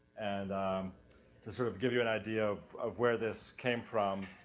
and to sort of give you an idea of of where this came from,